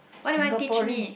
what did you want to teach me